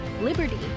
liberty